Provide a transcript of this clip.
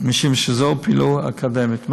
משום שזוהי פעילות אקדמית.